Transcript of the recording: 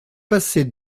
passer